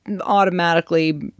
automatically